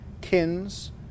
Kins